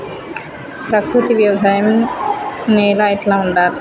ప్రకృతి వ్యవసాయం నేల ఎట్లా ఉండాలి?